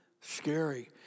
scary